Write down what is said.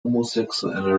homosexuelle